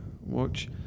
Watch